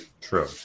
True